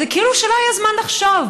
זה כאילו שלא היה זמן לחשוב,